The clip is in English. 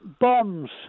Bombs